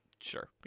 Sure